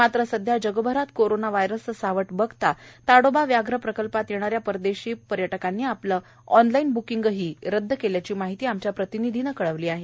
मात्र सध्या जगभरात कोरोना व्हायरसचे सावट पाहता ताडोबा वाघ्र प्रकल्पात येणाऱ्या विदेशी पर्यटकांनी आपली ऑनलाइन ब्किंग रद्द केल्याची माहिती आमच्या प्रतींनिधीन दिली आहे